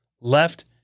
left